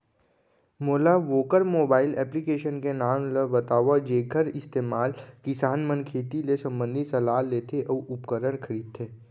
मोला वोकर mobile application के नाम ल बतावव जेखर इस्तेमाल किसान मन खेती ले संबंधित सलाह लेथे अऊ उपकरण खरीदथे?